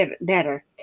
better